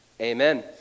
amen